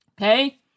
Okay